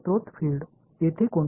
மூல புலம் மட்டுமே பொருள் இல்லை